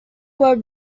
were